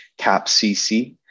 CAPCC